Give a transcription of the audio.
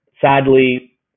Sadly